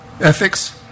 ethics